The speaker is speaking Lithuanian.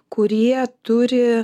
kurie turi